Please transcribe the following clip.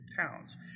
towns